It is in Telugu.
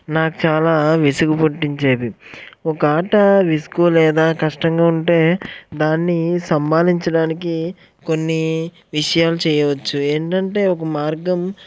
నాకు చాలా విసుగు పుట్టించేవి ఒక ఆట విసుగు లేదా కష్టంగా ఉంటే దాన్ని సమ్మానించడానికి కొన్ని విషయాలు చేయవచ్చు ఏంటంటే ఒక మార్గం